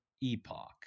epoch